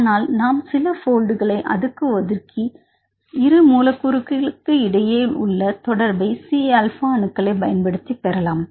ஆனால் நாம் சில போல்டுகளை அதற்கு ஒதுக்கி இரு மூலக்கூறுகளுக்கு இடையில் உள்ள தொடர்பை சி ஆல்பா அணுக்களை பயன்படுத்தி பெறலாம்